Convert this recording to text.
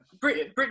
Britain